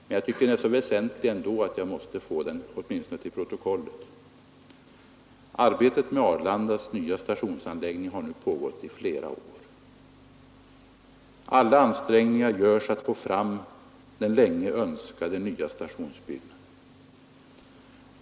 Men jag tycker den är så väsentlig att jag åtminstone måste få den till protokollet. Arbetet med Arlandas nya stationsanläggning har nu pågått i flera år. Alla ansträngningar görs att få fram den länge önskade nya stationsbyggnaden.